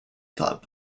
club